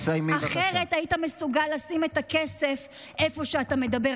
אחרת היית מסוגל לשים את הכסף איפה שאתה מדבר,